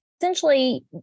essentially